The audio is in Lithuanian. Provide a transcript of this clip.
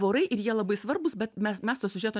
vorai ir jie labai svarbūs bet mes mes to siužeto